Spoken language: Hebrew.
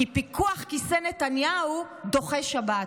כי פיקוח כיסא נתניהו דוחה שבת.